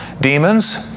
Demons